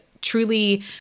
truly